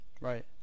Right